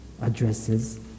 addresses